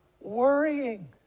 Worrying